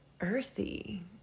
earthy